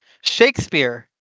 Shakespeare